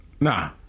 Nah